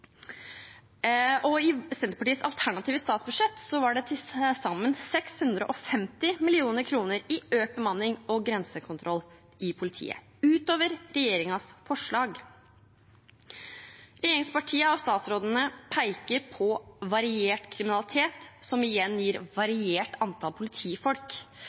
I Senterpartiets alternative statsbudsjett var det til sammen 650 mill. kr til økt bemanning og grensekontroll i politiet utover regjeringens forslag. Regjeringspartiene og statsrådene peker på variert kriminalitet, som igjen gir variert antall politifolk.